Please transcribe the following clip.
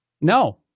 no